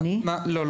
לא,